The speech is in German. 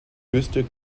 höchste